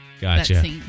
Gotcha